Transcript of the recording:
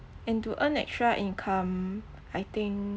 and to earn extra income I think